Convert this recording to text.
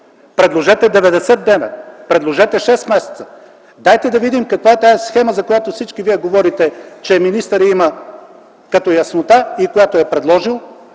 Предложете 90 дни, предложете шест месеца, дайте да видим каква е тази схема, за която всички вие говорите, че министърът я има като яснота и която е предложил.